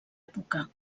època